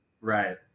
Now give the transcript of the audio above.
Right